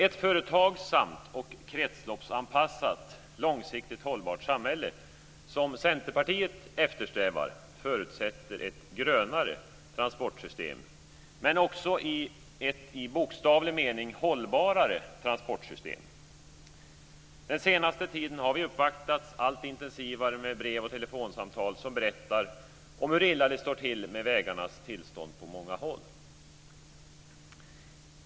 Ett företagsamt och kretsloppsanpassat, långsiktigt hållbart samhälle som Centerpartiet eftersträvar förutsätter ett "grönare" transportsystem men också ett i bokstavlig mening hållbarare transportsystem. Under den senaste tiden har vi uppvaktats allt intensivare med brev och telefonsamtal som berättar om hur illa det står till med vägarnas tillstånd på många håll.